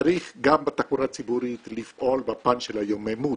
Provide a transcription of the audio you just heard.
צריך גם בתחבורה הציבורית לפעול בפן של היוממות,